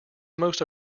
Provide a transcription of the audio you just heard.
most